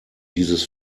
dieses